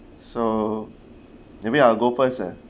so maybe I will go first ah